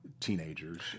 teenagers